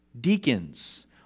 deacons